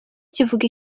kivuga